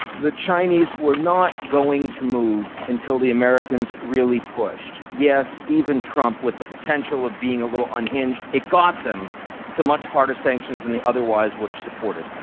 the chinese were not going to move until the americans really pushed. yes, even trump with the potential of being a little unhinged, it got them to much harder sanctions than they otherwise would have supported.